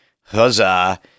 Huzzah